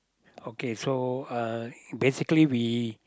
okay so uh basically we